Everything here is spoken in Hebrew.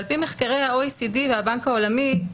ועל פי מחקרי ה-OECD והבנק העולמי,